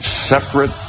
Separate